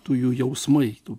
tų jų jausmai tų